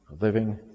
living